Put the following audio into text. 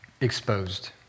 exposed